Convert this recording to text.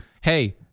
Hey